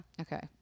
Okay